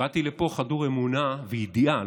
באתי לפה חדור אמונה וידיעה,